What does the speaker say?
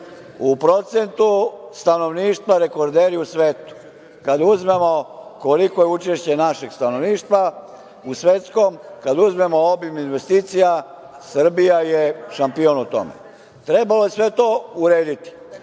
U procentu stanovništva rekorderi u svetu. Kada uzmemo koliko je učešće našeg stanovništva u svetskom, kad uzmemo obim investicija, Srbija je šampion u tome. Trebalo je sve to urediti.